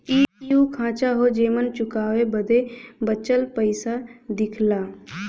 इ उ खांचा हौ जेमन चुकाए बदे बचल पइसा दिखला